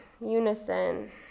unison